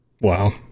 wow